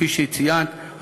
כפי שציינת,